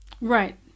right